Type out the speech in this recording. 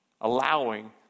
allowing